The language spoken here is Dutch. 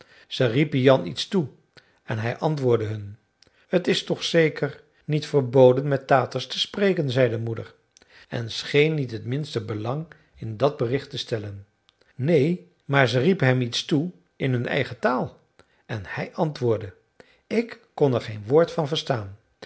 ze riepen jan iets toe en hij antwoordde hun t is toch zeker niet verboden met taters te spreken zei de moeder en scheen niet het minste belang in dat bericht te stellen neen maar ze riepen hem iets toe in hun eigen taal en hij antwoordde ik kon er geen woord van verstaan